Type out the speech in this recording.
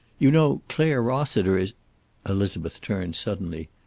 you know clare rossiter is elizabeth turned suddenly.